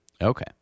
Okay